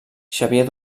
xavier